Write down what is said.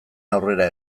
aurrera